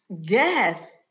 Yes